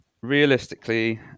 Realistically